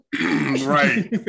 Right